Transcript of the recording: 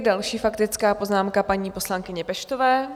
Další faktická poznámka paní poslankyně Peštové.